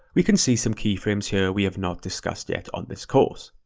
we can see some keyframes here we have not discussed yet on this course.